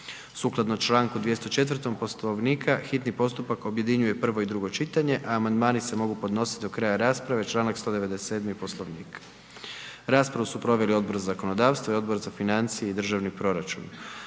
Sukladno Članku 204. Poslovnika hitni postupak objedinjuje prvo i drugo čitanje, a amandmani se mogu podnositi do kraja rasprave Članak 197. Poslovnika. Raspravu su proveli Odbor za zakonodavstvo i Odbor za financije i državni proračun.